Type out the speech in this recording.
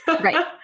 Right